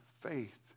faith